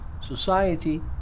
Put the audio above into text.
society